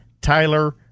Tyler